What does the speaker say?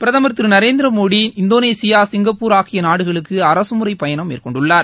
பிரதமர் திரு Narendra Modi Indonesia Singapore ஆகிய நாடுகளுக்கு அரசுமுறைப் பயணம் மேற்கொண்டுள்ளார்